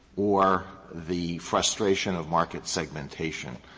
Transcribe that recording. or the frustration of market segmentation,